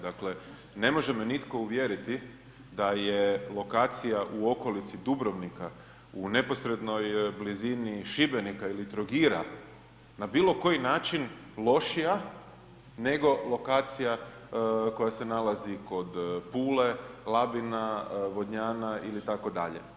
Dakle ne može me nitko uvjeriti da je lokacija u okolici Dubrovnika u neposrednoj blizini Šibenika ili Trogira na bilo koji način lošija nego lokacija koja se nalazi kod Pule, Labina, Vodnjana itd.